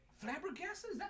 Flabbergasted